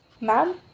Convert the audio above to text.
Ma'am